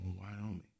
Wyoming